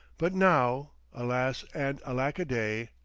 but now. alas and alackaday,